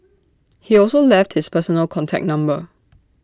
he also left his personal contact number